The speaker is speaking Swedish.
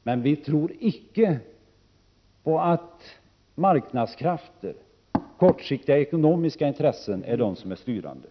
Men vi tror icke på att marknadskrafterna, de kortsiktiga ekonomiska intressena, är de styrande. Där finns skillnaden.